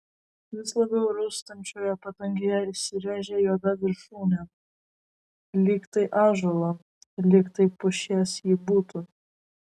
vis labiau raustančioje padangėje įsirėžė juoda viršūnė lyg tai ąžuolo lyg tai pušies ji būtų